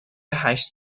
هشت